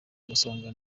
umusonga